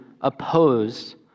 oppose